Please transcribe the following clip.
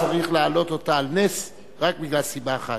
צריך להעלות אותה על נס רק בגלל סיבה אחת,